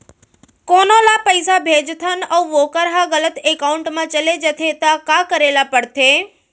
कोनो ला पइसा भेजथन अऊ वोकर ह गलत एकाउंट में चले जथे त का करे ला पड़थे?